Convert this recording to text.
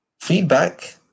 Feedback